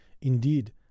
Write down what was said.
indeed